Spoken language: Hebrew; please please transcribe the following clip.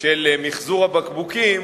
של מיחזור הבקבוקים,